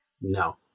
no